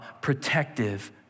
protective